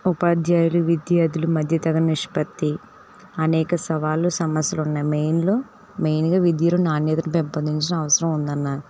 ఉపాధ్యాయులు విద్యార్థులు మధ్యతర నిష్పత్తి అనేక సవాళ్లు సమస్యలున్నాయ్ మెయిన్లో మెయిన్గా విద్యలో నాణ్యతను పెంపొందించడం అవసరం ఉందన్నాను